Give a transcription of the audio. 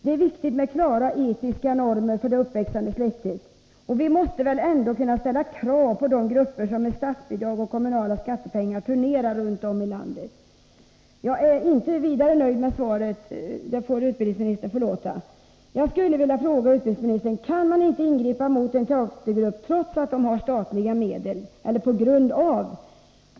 Det är viktigt med klara etiska normer för det uppväxande släktet. Vi måste väl ändå kunna ställa krav på de grupper som med statsbidrag och kommunala skattepengar turnerar runt om i landet. Jag är inte vidare nöjd med svaret, det får statsrådet förlåta. Jag skulle vilja fråga statsrådet: Kan man inte ingripa mot en teatergrupp trots att — eller med tanke på — att den erhåller statliga bidrag?